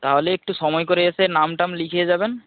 তাহলে একটু সময় করে এসে নাম টাম লিখিয়ে যাবেন